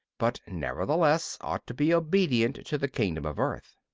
but nevertheless ought to be obedient to the kingdom of earth.